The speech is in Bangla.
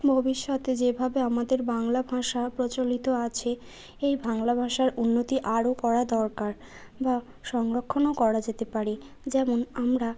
ভবিষ্যতে যেভাবে আমাদের বাংলা ভাষা প্রচলিত আছে এই বাংলা ভাষার উন্নতি আরও করা দরকার বা সংরক্ষণও করা যেতে পারে যেমন আমরা